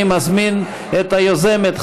אני מזמין את היוזמת,